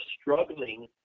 struggling